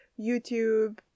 YouTube